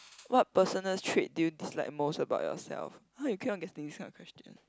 what personal trait do you dislike most about yourself how you keep on getting this kind of question